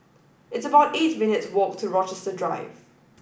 it's about eight minutes walk to Rochester Drive